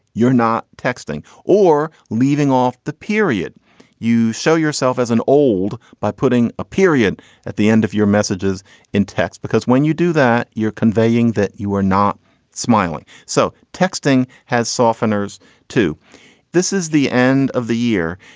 you're not texting or leaving off the period you show yourself as an old by putting a period at the end of your messages in text. because when you do that, you're conveying that you are not smiling. so texting has softeners to this is the end of the year.